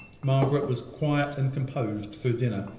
margaret was quiet and composed through dinner,